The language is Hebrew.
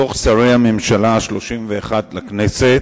דיווח שרי הממשלה השלושים-ואחת לכנסת,